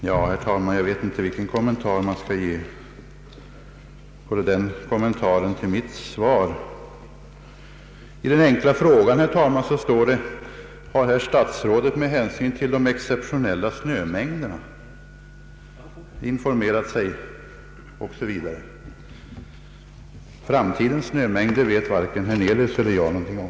Herr talman! Jag vet inte vilken kommentar jag skall ge till den kommentaren till mitt svar. I den enkla frågan, herr talman, står det: ”Har statsrådet med hänsyn till de exceptionella snömängderna informerat sig” o.s.v. Framtidens snömängder vet varken herr Hernelius eller jag något om.